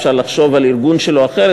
אפשר לחשוב על ארגון שלו אחרת,